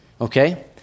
Okay